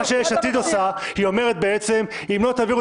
מה שיש עתיד עושה היא אומרת בעצם: אם לא תעבירו